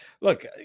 Look